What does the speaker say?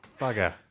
Bugger